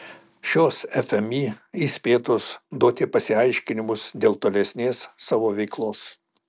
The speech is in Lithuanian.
šios fmį įspėtos duoti pasiaiškinimus dėl tolesnės savo veiklos